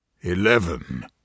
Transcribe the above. Eleven